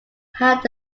had